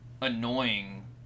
annoying